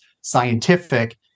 scientific